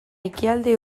ekialde